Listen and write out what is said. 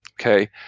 okay